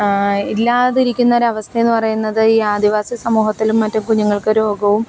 ഇല്ലാതിരിക്കുന്നൊരവസ്ഥയെന്നു പറയുന്നത് ഈ ആദിവാസി സമൂഹത്തിലും മറ്റും കുഞ്ഞുങ്ങൾക്ക് രോഗവും